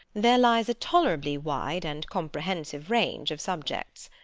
there lies a tolerably wide and comprehensive range of subjects.